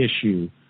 issue